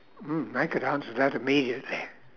mm I could answer that immediately